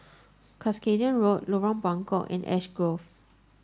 Cuscaden Road Lorong Buangkok and Ash Grove